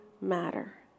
matter